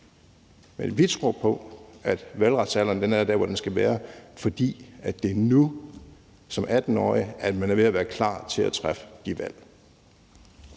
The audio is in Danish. men vi tror på, at valgretsalderen er der, hvor den skal være, fordi det er nu, som 18-årig, man er ved at være klar til at træffe de valg.